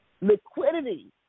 liquidity